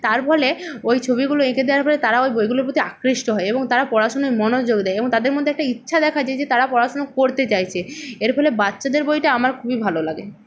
তার ফলে ওই ছবিগুলো এঁকে দেওয়ার ফলে তারা ওই বইগুলোর প্রতি আকৃষ্ট হয় এবং তারা পড়াশুনায় মনোযোগ দেয় এবং তাদের মধ্যে একটা ইচ্ছা দেখা যায় যে তারা পড়াশুনো করতে চাইছে এর ফলে বাচ্চাদের বইটা আমার খুবই ভালো লাগে